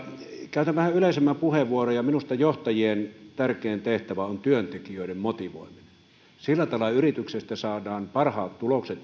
käytän vähän yleisemmän puheenvuoron minusta johtajien tärkein tehtävä on työntekijöiden motivoiminen sillä tavalla yrityksestä saadaan parhaat tulokset